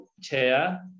chair